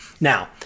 Now